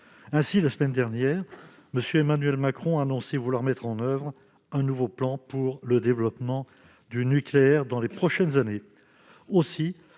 Ainsi, la semaine dernière, M. Emmanuel Macron a annoncé vouloir mettre en oeuvre un nouveau plan pour le développement du nucléaire dans les prochaines années.